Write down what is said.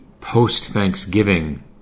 post-Thanksgiving